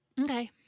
Okay